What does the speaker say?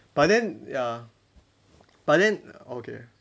but then ya but then okay